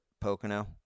Pocono